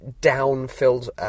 down-filled